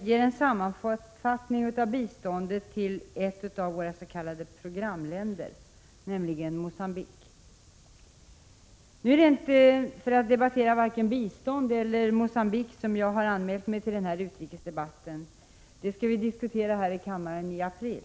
ger en sammanfattning av biståndet till ett av våra s.k. programländer, nämligen Mogambique. Men nu är det inte för att debattera vare sig bistånd eller Mogambique som jag har anmält mig till den här utrikesdebatten — det skall vi diskutera här i kammaren i april.